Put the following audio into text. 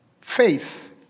faith